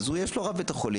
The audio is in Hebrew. אז יש לו את רב בית החולים,